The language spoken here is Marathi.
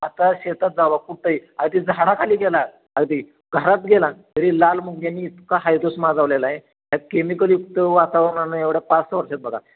आता शेतात जावा कुठंही आगदी झाडाखाली गेला अगदी घरात गेला तरी लाल मुंग्यांनी इतका हैदोस माजवलेला आहे ह्या केमिकलयुक्त वातावरणानं एवढ्या पाच सहा वर्षात बघा